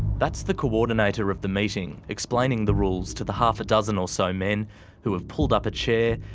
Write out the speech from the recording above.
that's the coordinator of the meeting, explaining the rules to the half a dozen or so men who have pulled up a chair,